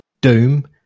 Doom